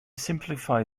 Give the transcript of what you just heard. simplify